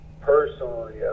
personally